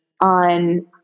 on